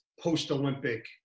post-Olympic